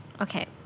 Okay